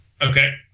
Okay